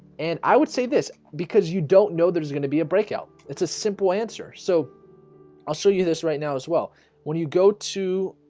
and i would say this because you don't know there's gonna be a breakout it's a simple answer, so i'll show you this right now as well when you go to